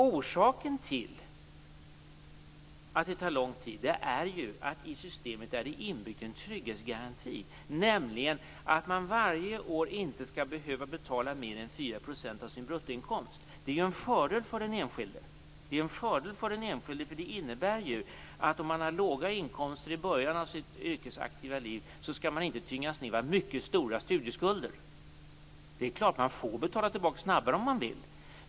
Orsaken till att det tar lång tid är ju att det i systemet är inbyggt en trygghetsgaranti, nämligen att man varje år inte skall behöva betala mer än 4 % av sin bruttoinkomst. Det är ju en fördel för den enskilde, för det innebär att om man har låga inkomster i början av sitt yrkesaktiva liv skall man inte tyngas ned av mycket stora studieskulder. Det är klart att man får betala tillbaka snabbare om man vill.